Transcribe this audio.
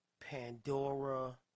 Pandora